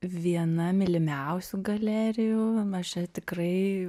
viena mylimiausių galerijų mes čia tikrai